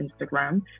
Instagram